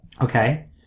Okay